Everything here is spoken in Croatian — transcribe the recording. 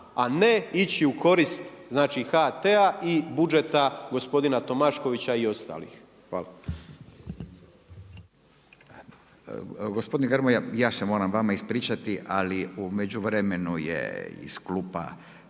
a ne ići u korist HT-a i budžeta gospodina Tomaškovića i ostalih Hvala. **Radin, Furio (Nezavisni)** Gospodin Grmoja i ja se moram vama ispričati, ali u međuvremenu je iz klupa